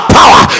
power